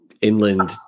inland